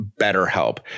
BetterHelp